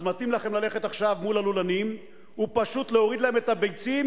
אז מתאים לכם ללכת עכשיו מול הלולנים ופשוט להוריד להם את הביצים,